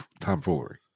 tomfoolery